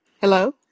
Hello